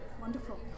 Wonderful